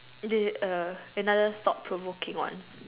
and the err another thought provoking one